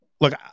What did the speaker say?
look